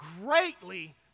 greatly